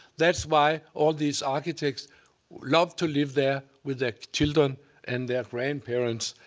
that's why all these architects love to live there with their children and their grandparents.